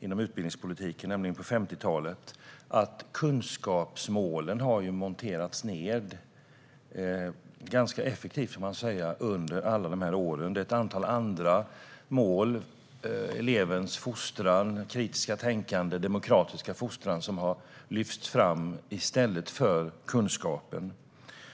inom utbildningspolitiken, nämligen på 50-talet, att kunskapsmålen har monterats ned ganska effektivt under alla de här åren. Det är ett antal andra mål - elevens fostran och kritiska tänkande och den demokratiska fostran - som har lyfts fram i stället för kunskapen.